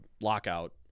lockout